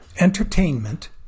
Entertainment